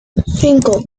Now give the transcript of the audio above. cinco